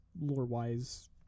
lore-wise